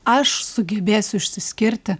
aš sugebėsiu išsiskirti